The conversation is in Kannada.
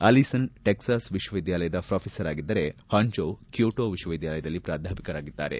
ಅಲಿಸನ್ ಟೆಕ್ಸಾಸ್ ವಿಶ್ವವಿದ್ವಾಲಯದ ಪ್ರೊಫೆಸರ್ ಆಗಿದ್ದರೆ ಹಂಜೋವ್ ಕ್ಯೂಟೋ ವಿಶ್ವವಿದ್ವಾಲಯದಲ್ಲಿ ಪ್ರಾಧ್ವಾಪಕರಾಗಿದ್ದಾರೆ